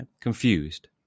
confused